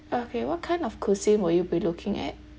okay what kind of cuisine will you be looking at